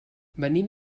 venim